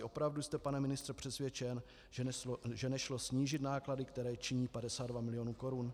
Opravdu jste, pane ministře, přesvědčen, že nešlo snížit náklady, které činí 52 milionů korun?